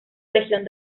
legión